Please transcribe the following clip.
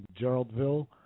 Geraldville